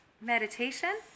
meditation